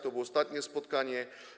To było ostatnie spotkanie.